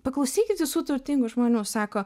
paklausykit visų turtingų žmonių sako